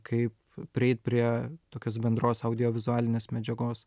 kaip prieit prie tokios bendros audiovizualinės medžiagos